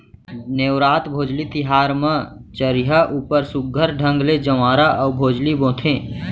नेवरात, भोजली तिहार म चरिहा ऊपर सुग्घर ढंग ले जंवारा अउ भोजली बोथें